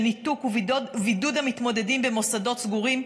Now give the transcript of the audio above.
ניתוק ובידוד המתמודדים במוסדות סגורים,